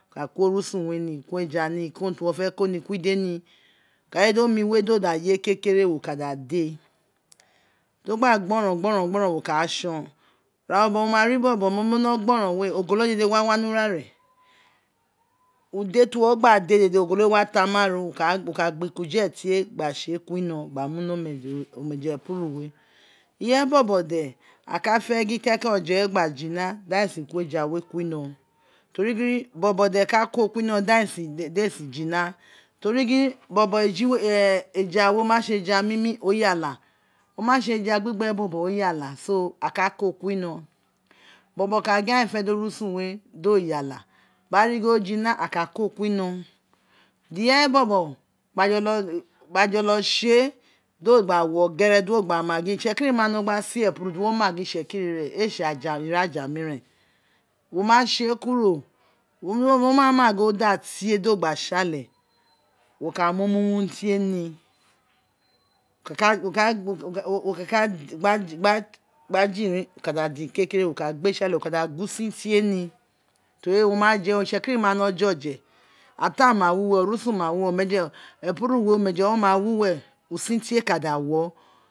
Wo ka ko onisun we ko ni ko eja ni ko ide ni ko urun ki urun ti wo fe ko ni kuri de ni wo ka je di omi we do da ye ke kere wo ka da de to gba gborou gborou gborou wa ka a tsen ira bobo iro ma ri bobo o ma wino gba gborou we egolo dede we wa wa ni ura ro ude dede ti wo gba de ogolo we wa tama ro wo ka gba kujene tie gba tse ku ino gba mu ni omeje epueun we ireye bobo de aka fe gin keke oje we gba jina di aghan ee si ko eja we gba ko kuin inoron teri gin bobo de kan ko de si fina teri yin obo we oma tse eja mimi o yala o ma tse eja gba gbe bobo o juhuka so ma mu ni kiri kuro owun mumu wa wu were uwun mumu loi uwere